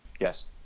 Yes